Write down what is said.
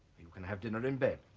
you can have dinner in bed